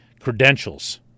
credentials